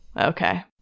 Okay